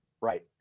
Right